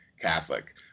Catholic